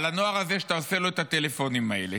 על הנוער הזה שאתה עושה לו את הטלפונים האלה.